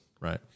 Right